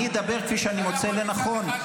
אני אדבר כפי שאני מוצא לנכון.